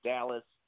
Dallas